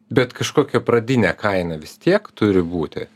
bet kažkokia pradinė kaina vis tiek turi būti